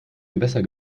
gewässer